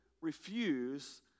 refuse